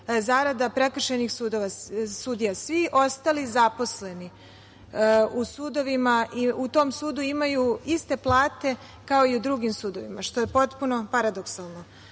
zarada prekršajnih sudija svi ostali zaposleni u sudovima i u tom sudu imaju iste plate kao i u drugim sudovima, što je potpuno paradoksalno.